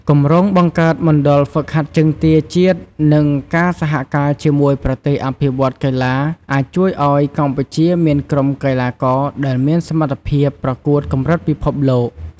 គម្រោងបង្កើតមណ្ឌលហ្វឹកហាត់ជើងទាជាតិនិងការសហការជាមួយប្រទេសអភិវឌ្ឍន៍កីឡាអាចជួយឲ្យកម្ពុជាមានក្រុមកីឡាករដែលមានសមត្ថភាពប្រកួតកម្រិតពិភពលោក។